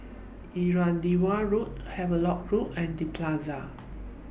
Irrawaddy Road Havelock LINK and The Plaza